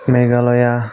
Meghalaya